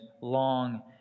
long